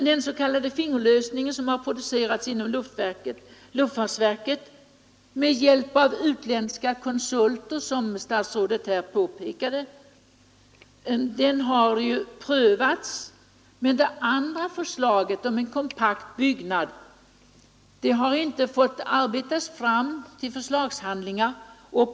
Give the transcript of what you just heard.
Den s.k. fingerhuslösning som producerats inom luftfartsverket med hjälp av utländska konsulter, vilket statsrådet påpekat, har prövats, men det andra förslaget om en kompakt byggnad har inte fått arbetas fram till förslagshandlingar.